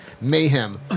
mayhem